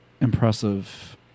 impressive